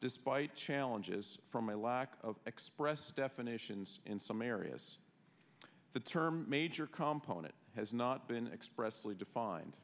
despite challenges from my lack of express definitions in some areas the term major component has not been expressly defined